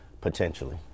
potentially